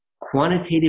quantitative